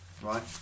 right